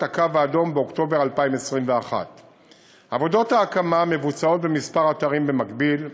הקו האדום באוקטובר 2021. עבודות ההקמה מבוצעות בכמה אתרים במקביל: